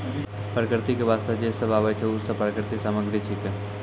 प्रकृति क वास्ते जे सब आबै छै, उ सब प्राकृतिक सामग्री छिकै